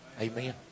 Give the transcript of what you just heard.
Amen